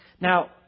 Now